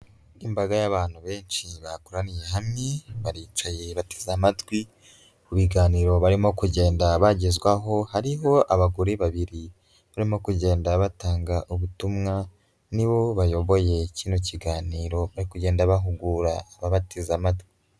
Imbaga y'abantu benshi bakoraniye hamwe, baricaye bateze amatwi ku biganiro barimo kugenda bagezwaho, hariho abagore babiri barimo kugenda batanga ubutumwa, ni bo bayoboye kino kiganiro, bari kugenda bahugura ababateze amatwi.